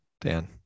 Dan